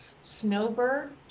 Snowbird